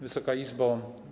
Wysoka Izbo!